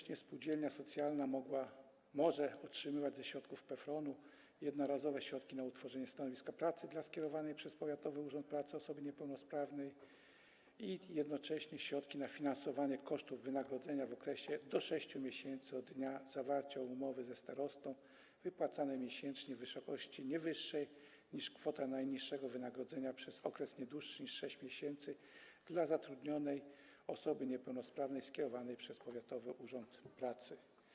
Ponadto spółdzielnia socjalna może otrzymywać ze środków PFRON-u jednorazowo środki na utworzenie stanowiska pracy dla skierowanej przez powiatowy urząd pracy osoby niepełnosprawnej i jednocześnie środki na finansowanie kosztów wynagrodzenia, w okresie do 6 miesięcy od dnia zawarcia umowy ze starostą, wypłacane miesięcznie w wysokości nie wyższej niż kwota najniższego wynagrodzenia przez okres nie dłuższy niż 6 miesięcy, dla zatrudnionej osoby niepełnosprawnej skierowanej przez powiatowy urząd pracy.